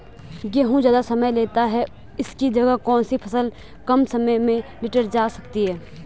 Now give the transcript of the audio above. गेहूँ ज़्यादा समय लेता है इसकी जगह कौन सी फसल कम समय में लीटर जा सकती है?